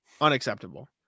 Unacceptable